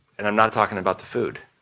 and i'm not talking about the food.